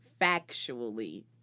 factually